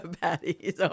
Patty